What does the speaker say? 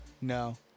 No